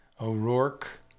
O'Rourke